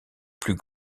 plus